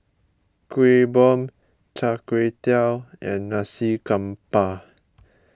Kuih Bom Char Kway Teow and Nasi Campur